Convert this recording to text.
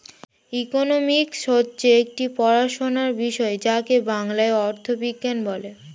economics হচ্ছে একটি পড়াশোনার বিষয় যাকে বাংলায় অর্থবিজ্ঞান বলে